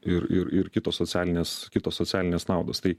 ir ir ir kitos socialinės kitos socialinės naudos tai